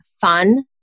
fun